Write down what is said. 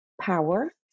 power